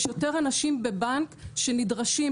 יש יותר אנשים בבנק שנדרשים,